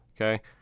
Okay